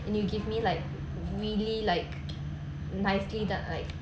and you give me like really like nicely done like